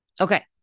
Okay